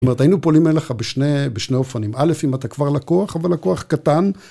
זאת אומרת, היינו פונים אליך בשני אופנים. א', אם אתה כבר לקוח, אבל לקוח קטן.